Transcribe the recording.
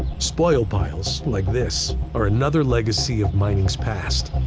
spoil piles like this are another legacy of mining's past,